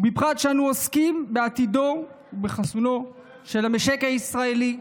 ובפרט כשאנו עוסקים בעתידו ובחוסנו של המשק הישראלי.